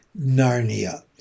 Narnia